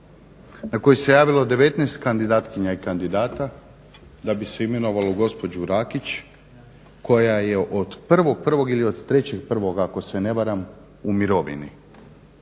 na koji se javilo 19 kandidatkinja i kandidata da bi se imenovalo gospođu Rakić koja je od 1.1. ili od 3.1.ako se ne varam u mirovini.